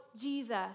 Jesus